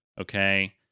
okay